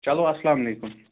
چلو السلام علیکُم